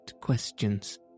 questions